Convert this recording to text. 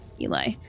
eli